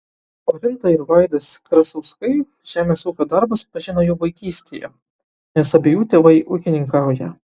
orinta ir vaidas krasauskai žemės ūkio darbus pažino jau vaikystėje nes abiejų tėvai ūkininkauja